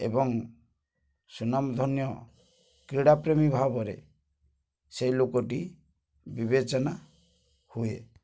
ଏବଂ ସୁନାମଧନ୍ୟ କ୍ରୀଡ଼ା ପ୍ରେମୀ ଭାବରେ ସେଇ ଲୋକଟି ବିବେଚନା ହୁଏ